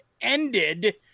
ended